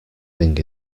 thing